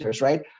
right